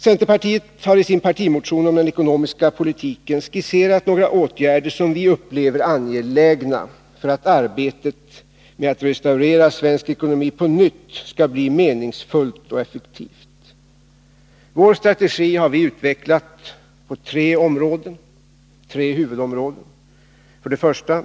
Centerpartiet har i sin partimotion om den ekonomiska politiken skisserat några åtgärder som vi upplever som angelägna för att arbetet med att restaurera svensk ekonomi på nytt skall bli meningsfullt och effektivt. Vår strategi har vi utvecklat på tre huvudområden. 1.